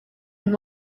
and